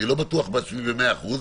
אני לא בטוח בעצמי במאה אחוז,